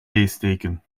leesteken